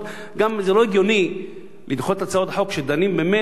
זה גם לא הגיוני לדחות הצעות חוק שדנים בהן ממילא היום,